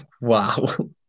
wow